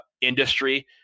industry